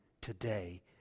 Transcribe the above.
today